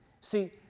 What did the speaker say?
See